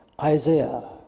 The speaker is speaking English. Isaiah